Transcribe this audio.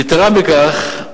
יתירה מכך,